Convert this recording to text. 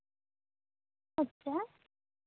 ᱟᱪᱪᱷᱟ